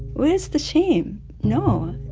where is the shame? no.